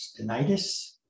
stenitis